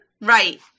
Right